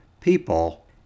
people